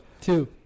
Two